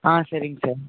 ஆ சரிங்க சார்